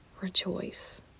Rejoice